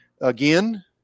again